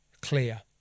clear